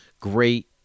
great